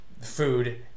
food